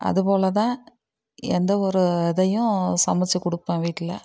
அது போல தான் எந்த ஒரு இதையும் சமைச்சு கொடுப்பேன் வீட்டில